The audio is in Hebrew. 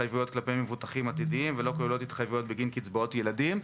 התחייבויות כלפי מבוטחים עתידיים ולא כוללות התחייבויות בגין קצבאות ילדים.